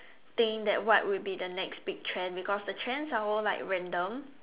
think that what would be the next big trend because the trends are all like random